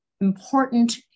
important